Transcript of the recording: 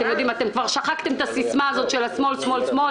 שכחתם את הסיסמא של השמאל שמאל,